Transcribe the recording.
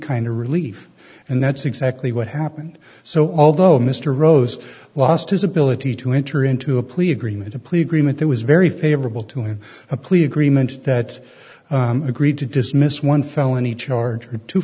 kind of relief and that's exactly what happened so although mr rose lost his ability to enter into a plea agreement a plea agreement that was very favorable to him a plea agreement that agreed to dismiss one felony charge